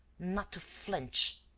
not to flinch.